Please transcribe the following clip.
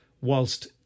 whilst